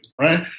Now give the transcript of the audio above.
right